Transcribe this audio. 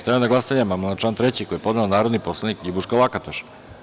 Stavljam na glasanje amandman na član 3. koji je podnela narodni poslanik LJibuška Lakatoš.